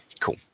cool